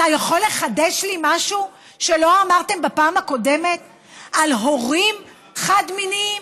אתה יכול לחדש לי משהו שלא אמרתם בפעם הקודמת על הורים חד-מיניים